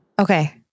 Okay